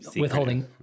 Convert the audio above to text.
withholding